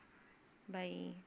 bye